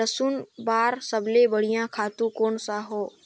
लसुन बार सबले बढ़िया खातु कोन सा हो?